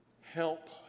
help